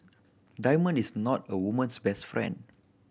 diamond is not a woman's best friend